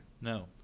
No